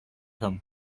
him